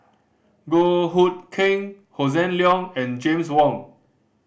Goh Hood Keng Hossan Leong and James Wong